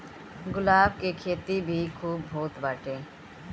गुलाब के खेती भी खूब होत बाटे